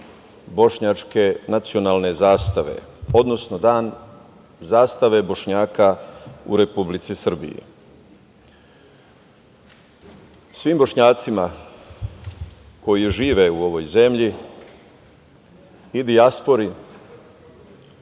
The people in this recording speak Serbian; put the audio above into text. bošnjačke nacionalne zastave, odnosno Dan zastave Bošnjaka u Republici Srbiji. Svim Bošnjacima koji žive u ovoj zemlji i dijaspori